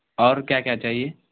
اور کیا کیا چاہیے